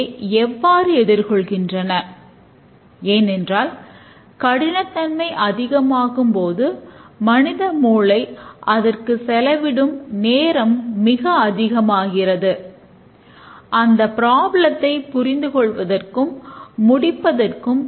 இதைப் பார்த்தே இதில் உண்மையில் என்ன நடக்கிறது என்பதை நம்மால் புரிந்து கொள்ள முடியும்